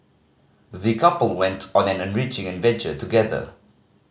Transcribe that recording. the couple went on an enriching adventure together